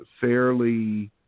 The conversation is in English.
fairly